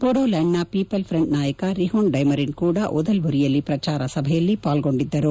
ಬೋಡೋಲ್ಲಾಂಡ್ನ people front ನಾಯಕ ರಿಹೋನ್ ಡೈಮರಿನ್ ಕೂಡಾ ಉದಲ್ಲುರಿಯಲ್ಲಿ ಪ್ರಚಾರ ಸಭೆಯಲ್ಲಿ ಪಾಲ್ಗೊಂಡಿದ್ದರು